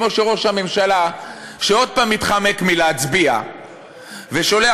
כמו שראש הממשלה שעוד פעם מתחמק מלהצביע ושולח,